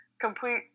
complete